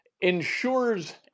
ensures